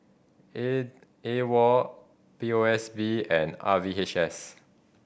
A AWOL P O S B and R V H S